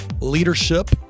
leadership